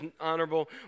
honorable